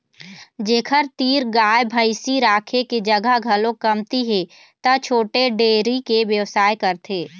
जेखर तीर गाय भइसी राखे के जघा घलोक कमती हे त छोटे डेयरी के बेवसाय करथे